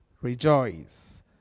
Rejoice